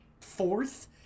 fourth